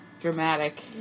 dramatic